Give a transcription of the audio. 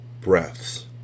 breaths